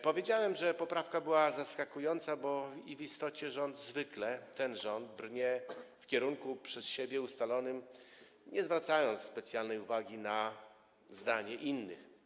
Powiedziałem, że poprawka była zaskakująca, bo w istocie rząd, ten rząd brnie w kierunku przez siebie ustalonym, nie zwracając specjalnej uwagi na zdanie innych.